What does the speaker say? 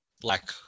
black